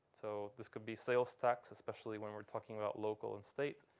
so this could be sales tax, especially when we're talking about local and state,